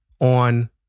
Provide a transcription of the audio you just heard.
on